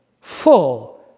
full